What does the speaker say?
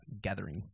gathering